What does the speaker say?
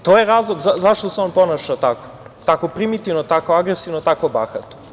To je razlog zašto se on ponaša tako, tako primitivno, tako agresivno, tako bahato.